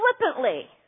flippantly